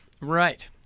Right